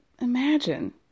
Imagine